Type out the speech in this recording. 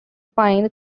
find